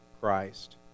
christ